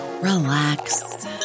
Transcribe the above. relax